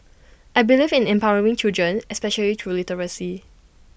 I believe in empowering children especially through literacy